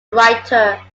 writer